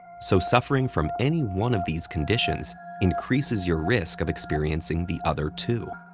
so suffering from any one of these conditions increases your risk of experiencing the other two.